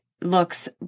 looks